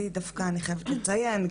אני חייבת לציין,